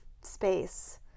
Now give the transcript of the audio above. space